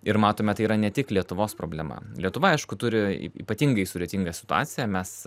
ir matome tai yra ne tik lietuvos problema lietuva aišku turi ypatingai sudėtingą situaciją mes